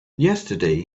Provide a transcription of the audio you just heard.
yesterday